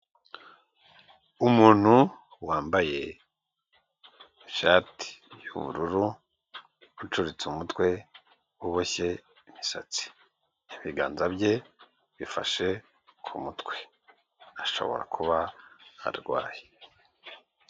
Umuntu wambaye ishati y'ubururu ucuritse umutwe uboshye imisatsi, ibiganza bye bifashe ku mutwe ashobora kuba arwaye.